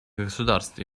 государств